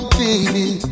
baby